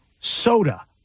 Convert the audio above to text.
soda